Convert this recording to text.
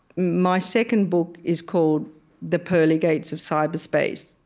my second book is called the pearly gates of cyberspace.